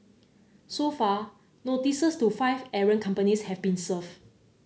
so far notices to five errant companies have been served